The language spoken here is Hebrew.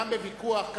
גם בוויכוח,